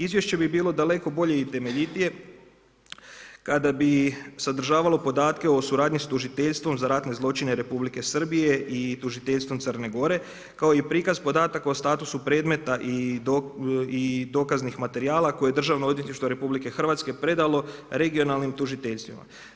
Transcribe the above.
Izvješće bi bilo daleko bolje i temeljitije, kada bi sadržavalo podatke o suradnji s tužiteljstvom za ratne zločine Republike Srbije i tužiteljstvom Crne Gore, kao i prikaz podataka o statusu predmeta i dokaznih materijala koje Državno odvjetništvo RH, predalo regionalnim tužiteljstvima.